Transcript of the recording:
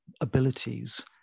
abilities